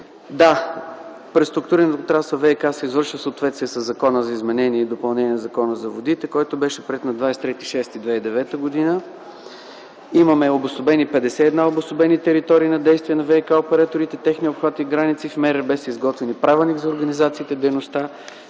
Да, преструктурирането на ВиК се извършва в съответствие със Закона за изменение и допълнение на Закона за водите, който беше приет на 23 юни 2009 г. Имаме обособени 51 територии на действие на ВиК-операторите и техния обхват и граници. В МРРБ са изготвени Правилник за организацията и дейността